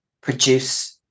produce